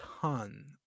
ton